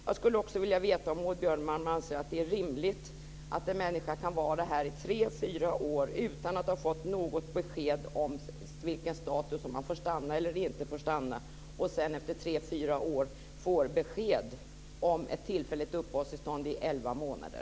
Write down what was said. Jag skulle också vilja veta om Maud Björnemalm anser att det är rimligt att en människa kan vara här i tre fyra år utan att ha fått något besked om vilken status han eller hon har, om han eller hon får stanna eller inte stanna, och sedan efter tre fyra år få besked om ett tillfälligt uppehållstillstånd i elva månader.